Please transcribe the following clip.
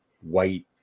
white